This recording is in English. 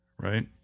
Right